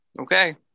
Okay